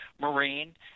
marine